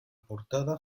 portada